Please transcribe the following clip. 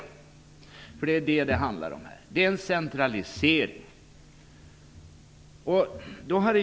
Det är nämligen det det handlar om, det är en centralisering.